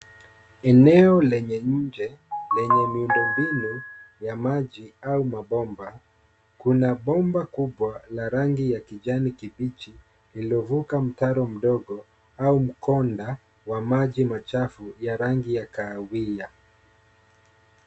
Eneo lenye nje lenye miundo mbinu ya maji au mabomba. Kuna bomba kubwa la rangi ya kijani kibichi lililovuka mtaro mdogo au mkonda wa maji machafu ya rangi ya kahawia.